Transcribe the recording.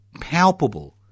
palpable